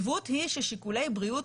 הסביבה בנושא מכרה הפוספטים שדה בריר,